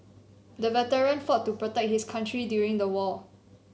the veteran fought to protect his country during the war